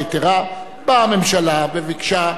חבר הכנסת עפו אגבאריה הסכים להיות ראשון.